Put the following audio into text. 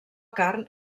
carn